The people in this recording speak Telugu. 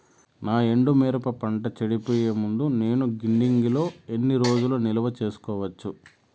నా ఎండు మిరప పంట చెడిపోయే ముందు నేను గిడ్డంగి లో ఎన్ని రోజులు నిలువ సేసుకోవచ్చు?